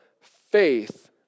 faith